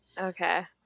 Okay